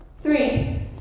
Three